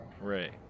Right